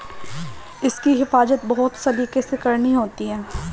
इसकी हिफाज़त बहुत सलीके से करनी होती है